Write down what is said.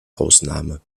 ausnahme